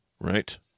right